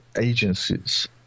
agencies